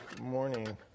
morning